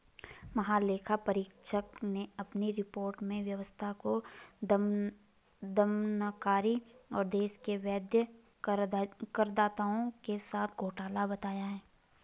महालेखा परीक्षक ने अपनी रिपोर्ट में व्यवस्था को दमनकारी और देश के वैध करदाताओं के साथ घोटाला बताया है